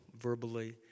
verbally